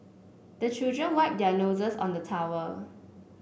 the children wipe their noses on the towel